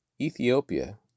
Ethiopia